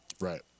Right